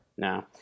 No